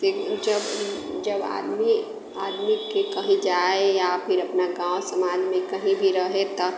जब जब आदमी आदमीके कहीँ जाय या फेर अपना गाम समाजमे कहीँ भी रहै तऽ